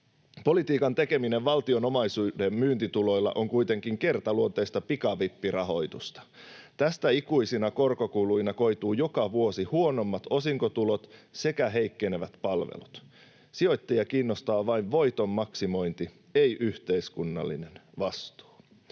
Politiikan tekeminen valtion omaisuuden myyntituloilla on kuitenkin kertaluonteista pikavippirahoitusta. Tästä ikuisina korkokuluina koituvat joka vuosi huonommat osinkotulot sekä heikkenevät palvelut. Sijoittajia kiinnostaa vain voiton maksimointi, ei yhteiskunnallinen vastuu.